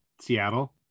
Seattle